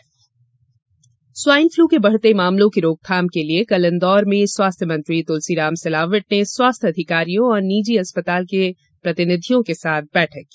स्वास्थ्य मंत्री swine flu swine flu के बढ़ते मामलों की रोकथाम के लिए कल इंदौर में स्वास्थ्य मंत्री तुलसीराम सिलावट ने स्वास्थ्य अधिकारियों और निजी अस्पताल के प्रतिनिधियों के साथ बैठक की